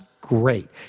great